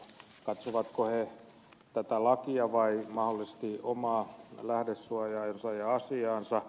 katsovatko ne tätä lakia vai mahdollisesti omaa lähdesuojaansa ja asiaansa